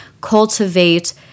cultivate